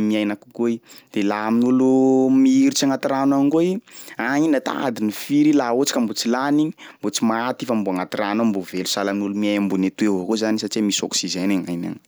miaina kokoa i de laha amin'olo mihiritry agnaty rano agny koa i agny i nata adiny firy i laha ohatsy ka mbo tsy lany igny mbo tsy maty i fa mbo agnaty rano ao mbo velo sahala an'olo miay ambony atoy avao koa zany satsia misy oxygène.